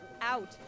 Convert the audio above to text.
out